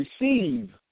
receive